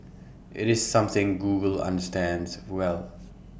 IT is something Google understands well